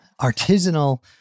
artisanal